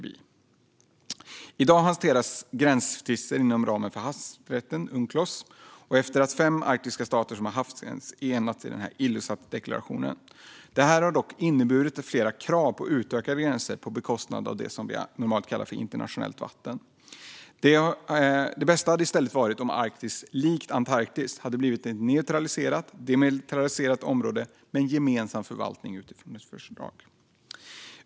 I dag hanteras gränstvister inom ramen för havsrätten, Unclos, efter att de fem arktiska stater som har havsgräns enats i Ilulissatdeklarationen. Detta har dock inneburit flera krav på utökade gränser på bekostnad av det som vi normalt kallar internationellt vatten. Det bästa hade varit om Arktis i stället, likt Antarktis, hade blivit ett neutraliserat och demilitariserat område med en gemensam förvaltning utifrån ett fördrag.